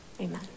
Amen